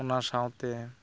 ᱚᱱᱟ ᱥᱟᱶᱛᱮ